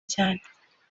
cyane